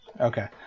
okay